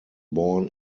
born